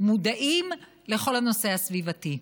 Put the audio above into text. מודעים לכל הנושא הסביבתי.